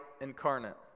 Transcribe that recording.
incarnate